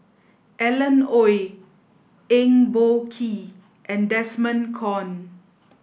Alan Oei Eng Boh Kee and Desmond Kon